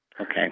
Okay